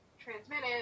transmitted